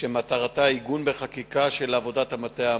שמטרתה עיגון בחקיקה של עבודת המטה האמורה.